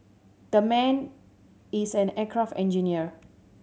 that man is an aircraft engineer